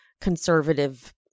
conservative